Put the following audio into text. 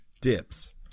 Dips